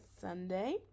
Sunday